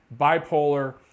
bipolar